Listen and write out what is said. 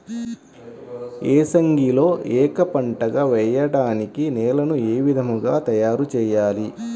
ఏసంగిలో ఏక పంటగ వెయడానికి నేలను ఏ విధముగా తయారుచేయాలి?